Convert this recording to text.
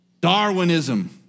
Darwinism